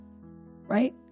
right